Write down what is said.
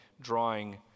drawing